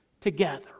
together